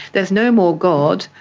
there's no more god,